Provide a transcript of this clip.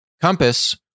Compass